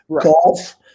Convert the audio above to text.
Golf